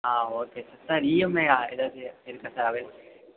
ஆ okay sir sir EMI எதாவது இருக்கா sir available